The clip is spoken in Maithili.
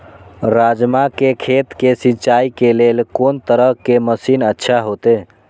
राजमा के खेत के सिंचाई के लेल कोन तरह के मशीन अच्छा होते?